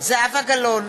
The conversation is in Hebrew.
זהבה גלאון,